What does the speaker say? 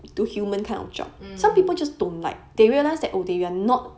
hmm